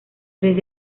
tres